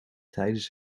tijdens